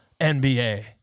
NBA